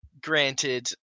Granted